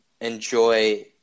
enjoy